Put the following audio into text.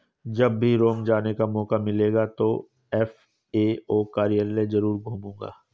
जब भी रोम जाने का मौका मिलेगा तो एफ.ए.ओ कार्यालय जरूर घूमूंगा